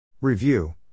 Review